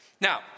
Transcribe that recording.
Now